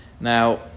Now